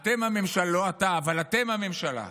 אתם הממשלה, לא אתה, אבל אתם הממשלה.